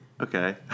Okay